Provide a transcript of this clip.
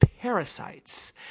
parasites